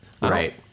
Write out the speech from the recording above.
Right